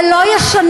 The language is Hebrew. זה לא ישנה.